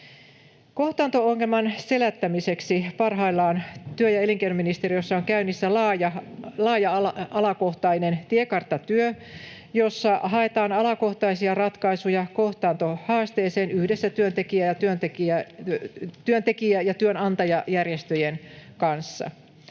Kohtaanto-ongelman selättämiseksi on työ- ja elinkeinoministeriössä parhaillaan käynnissä laaja alakohtainen tiekarttatyö, jossa haetaan alakohtaisia ratkaisuja kohtaantohaasteeseen yhdessä työntekijä- ja työnantajajärjestöjen kanssa.